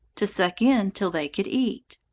to suck in till they could eat.